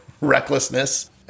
recklessness